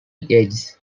ages